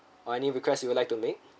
or any request you would like to make